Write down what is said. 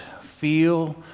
feel